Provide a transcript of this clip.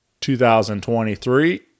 2023